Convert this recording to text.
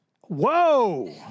Whoa